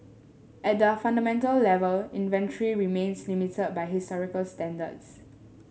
at the fundamental level inventory remains limited by historical standards